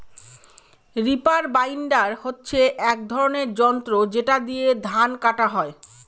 reaper binder হচ্ছে এক ধরনের যন্ত্র যেটা দিয়ে ধান কাটা হয়